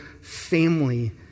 family